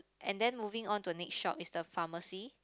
and then moving on to next shop is a pharmacy